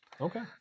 Okay